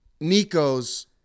Nico's